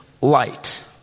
light